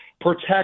protect